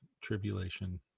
tribulation